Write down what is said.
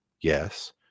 Yes